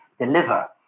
deliver